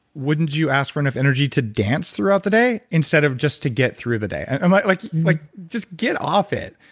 wouldn't you ask for enough energy to dance throughout the day instead of just to get through the day? and um like like like just get off it.